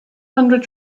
hundred